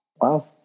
Wow